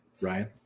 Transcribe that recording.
ryan